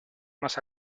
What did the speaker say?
más